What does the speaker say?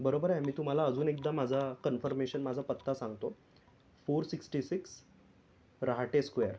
बरोबर आहे मी तुम्हाला अजून एकदा माझा कन्फर्मेशन माझा पत्ता सांगतो four sixty six Rahate square